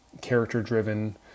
character-driven